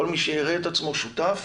כל מי שיראה את עצמו שותף